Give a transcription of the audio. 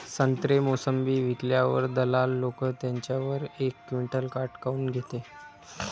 संत्रे, मोसंबी विकल्यावर दलाल लोकं त्याच्यावर एक क्विंटल काट काऊन घेते?